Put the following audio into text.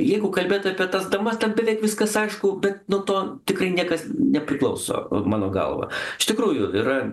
jeigu kalbėt apie tas damas ten beveik viskas aišku bet nuo to tikrai niekas nepriklauso mano galva iš tikrųjų yra